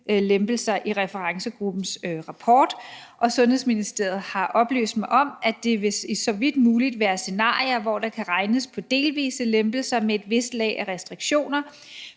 lempelser i referencegruppens rapport, og Sundhedsministeriet har oplyst mig om, at det så vidt muligt vil være scenarier, hvor der kan regnes på delvise lempelser med et vist lag af restriktioner,